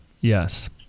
Yes